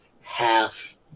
half